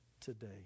today